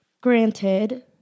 Granted